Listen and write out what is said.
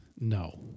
No